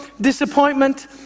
disappointment